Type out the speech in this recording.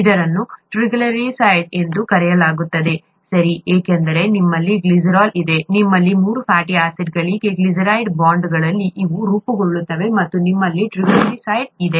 ಇದನ್ನು ಟ್ರೈಗ್ಲಿಸರೈಡ್ ಎಂದು ಕರೆಯಲಾಗುತ್ತದೆ ಸರಿ ಏಕೆಂದರೆ ನಿಮ್ಮಲ್ಲಿ ಗ್ಲಿಸರಾಲ್ ಇದೆ ನಿಮ್ಮಲ್ಲಿ ಮೂರು ಫ್ಯಾಟಿ ಆಸಿಡ್ಗಳಿಗೆ ಗ್ಲಿಸರೈಡ್ ಬಾಂಡ್ಗಳು ಇಲ್ಲಿ ರೂಪುಗೊಳ್ಳುತ್ತವೆ ಮತ್ತು ನಿಮ್ಮಲ್ಲಿ ಟ್ರೈಗ್ಲಿಸರೈಡ್ ಇದೆ